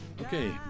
okay